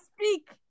speak